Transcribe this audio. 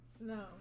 No